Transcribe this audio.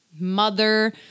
Mother